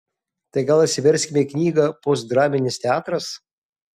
tai gal atsiverskime knygą postdraminis teatras